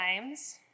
times